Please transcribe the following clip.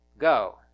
go